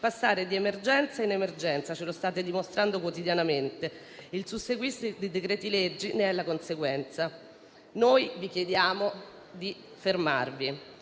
passare di emergenza in emergenza. Ce lo state dimostrando quotidianamente: il susseguirsi di decreti-legge ne è la conseguenza. Noi vi chiediamo di fermarvi.